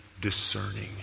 discerning